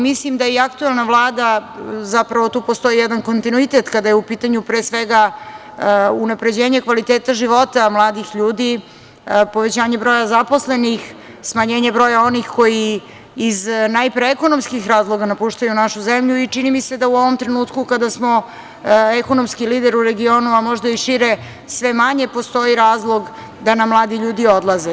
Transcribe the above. Mislim da je aktuelna Vlada, zapravo tu postoji jedan kontinuitet kada je u pitanju pre svega unapređenje kvaliteta života mladih ljudi, povećanje broja zaposlenih, smanjenje broja onih koji iz, najpre ekonomskih razloga napuštaju našu zemlju i čini mi se da u ovom trenutku kada smo ekonomski lider u regionu, a možda i šire sve manje postoji razlog da nam mladi ljudi odlaze.